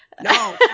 no